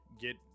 get